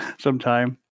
Sometime